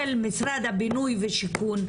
של משרד הבינוי והשיכון,